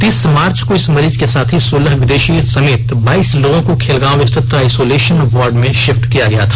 तीस मार्च को इस मरीज के साथ ही सोलह विदेषी समेत बाईस लोगों को खेलगांव स्थित आइसोलेषन वार्ड में षिफ्ट किया गया था